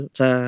sa